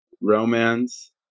romance